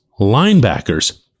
linebackers